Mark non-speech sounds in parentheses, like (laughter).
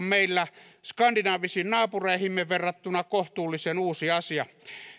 (unintelligible) meillä skandinaavisiin naapureihimme verrattuna kohtuullisen uusi asia